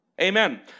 amen